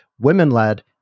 women-led